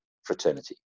Fraternity